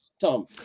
Tom